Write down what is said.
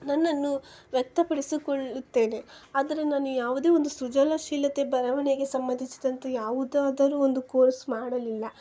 ನನ್ನನ್ನು ವ್ಯಕ್ತಪಡಿಸಿಕೊಳ್ಳುತ್ತೇನೆ ಆದರೆ ನಾನು ಯಾವುದೇ ಒಂದು ಸೃಜನಶೀಲತೆ ಬರವಣಿಗೆ ಸಂಬಂಧಿಸಿದಂತೆ ಯಾವುದಾದರೂ ಒಂದು ಕೋರ್ಸ್ ಮಾಡಲಿಲ್ಲ